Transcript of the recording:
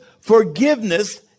forgiveness